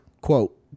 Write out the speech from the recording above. quote